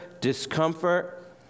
discomfort